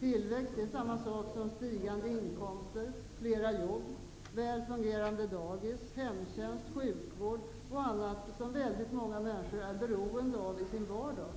Tillväxt är samma sak som stigande inkomster, fler jobb, väl fungerande dagis, hemtjänst, sjukvård och annat som väldigt många människor är beroende av i sin vardag.